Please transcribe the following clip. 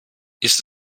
ist